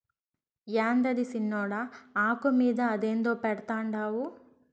యాందది సిన్నోడా, ఆకు మీద అదేందో పెడ్తండావు